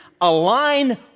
align